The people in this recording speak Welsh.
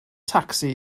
tacsi